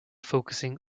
focusing